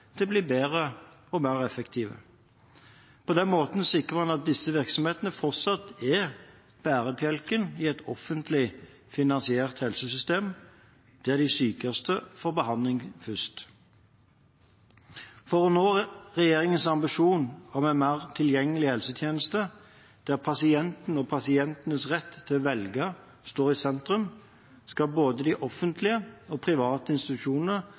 til å bli bedre og mer effektive. På den måten sikrer man at disse virksomhetene fortsatt er bærebjelken i et offentlig finansiert helsesystem, der de sykeste får behandling først. For å nå regjeringens ambisjon om en mer tilgjengelig helsetjeneste, der pasienten og pasientens rett til å velge står i sentrum, skal både de offentlige og private